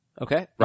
Okay